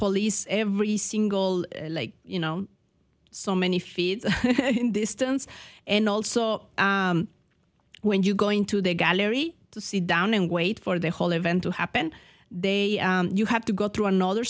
police every single like you know so many feeds distance and also when you going to the gallery to sit down and wait for the whole event to happen they you have to go through another